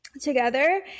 together